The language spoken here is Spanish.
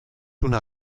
una